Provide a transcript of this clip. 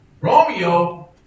Romeo